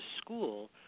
school